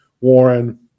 Warren